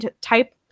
type